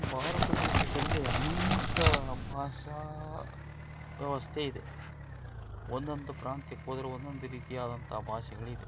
ಭಾರತ ದೇಶದಲ್ಲಿ ಅನೇಕ ಭಾಷಾ ವ್ಯವಸ್ಥೆ ಇದೆ ಒಂದೊಂದು ಪ್ರಾಂತ್ಯಕ್ಕೆ ಹೋದ್ರೂ ಒಂದೊಂದು ರೀತಿಯಾದಂಥ ಭಾಷೆಗಳಿದೆ